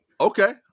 Okay